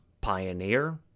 Pioneer